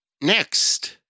next